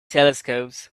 telescopes